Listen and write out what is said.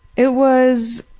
it was